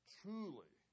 truly